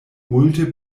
multe